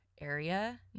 area